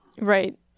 Right